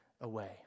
away